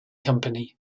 company